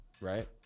right